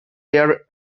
their